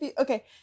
okay